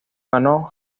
ganó